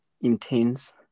intense